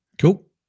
Cool